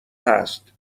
هست